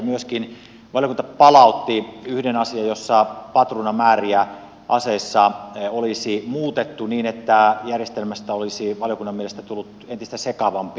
myöskin valiokunta palautti yhden asian jossa patruunamääriä aseissa olisi muutettu niin että järjestelmästä olisi valiokunnan mielestä tullut entistä sekavampi